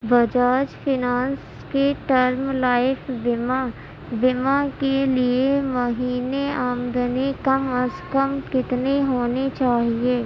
Bajaj finance کے term life بیمہ بیمہ کے لیے مہینے آمدنی کم از کم کتنی ہونی چاہیے